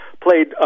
played